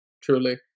truly